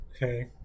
Okay